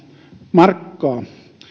markkaa